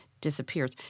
disappears